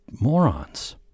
Morons